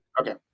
Okay